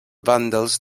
vàndals